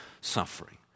suffering